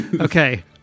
Okay